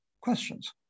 questions